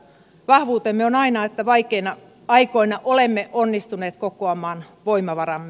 vahvuutemme on aina että vaikeina aikoina olemme onnistuneet kokoamaan voimavaramme